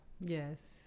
Yes